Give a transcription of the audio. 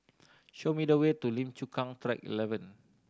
show me the way to Lim Chu Kang Track Eleven